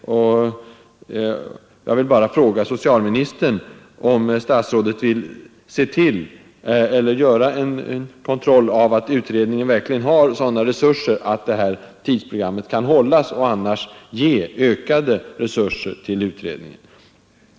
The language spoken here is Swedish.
Jag vill bara fråga socialministern, om han vill göra en kontroll av att utredningen verkligen har sådana resurser att det här tidsprogrammet kan hållas och annars ge ökade resurser till utredningen.